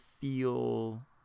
feel